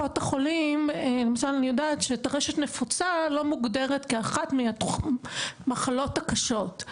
אני יודעת שטרשת נפוצה לא מוגדרת כאחת מהמחלות הקשות,